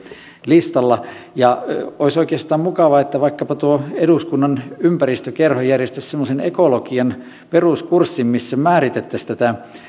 listalla ja olisi oikeastaan mukavaa että vaikkapa tuo eduskunnan ympäristökerho järjestäisi semmoisen ekologian peruskurssin missä määritettäisiin tätä